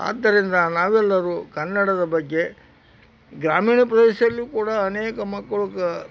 ಆದ್ದರಿಂದ ನಾವೆಲ್ಲರೂ ಕನ್ನಡದ ಬಗ್ಗೆ ಗ್ರಾಮೀಣ ಪ್ರದೇಶದಲ್ಲಿಯೂ ಕೂಡ ಅನೇಕ ಮಕ್ಕಳು ಕ